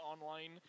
online